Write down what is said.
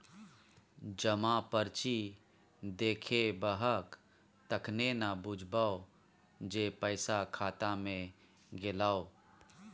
जमा पर्ची देखेबहक तखने न बुझबौ जे पैसा खाता मे गेलौ